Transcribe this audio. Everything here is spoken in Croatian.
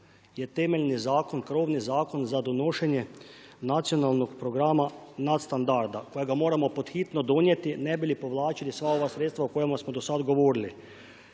je temeljni zakon krovni zakon za donošenje nacionalnog programa nadstandarda kojega moramo pod hitno donijeti ne bi li povlačili sva ova sredstva o kojima smo do sada govorili.